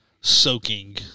Soaking